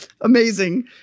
amazing